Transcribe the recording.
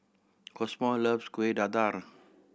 Cosmo loves Kueh Dadar